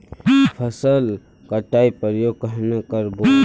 फसल कटाई प्रयोग कन्हे कर बो?